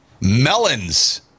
Melons